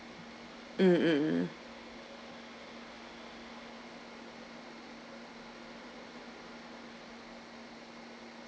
mm mm mm